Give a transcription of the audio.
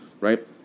right